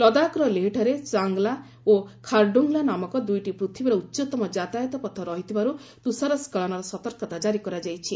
ଲଦାଖର ଲେହଠାରେ ଚାଙ୍ଗଲା ଓ ଖାର୍ଡୁଙ୍ଗଲା ନାମକ ଦୁଇଟି ପୃଥିବୀର ଉଚ୍ଚତମ ଯାତାୟାତ ପଥ ରହିଥିବାରୁ ତୁଷାର ସ୍କଳନର ସତର୍କତା ଜାରି କରାଯାଇଛି